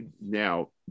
Now